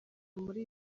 muri